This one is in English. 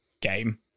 game